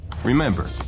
Remember